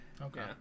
okay